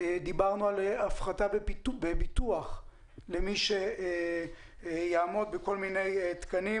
דיברנו על הפחתה בביטוח למי שיעמוד בכל מיני תקנים.